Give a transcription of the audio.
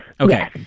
Okay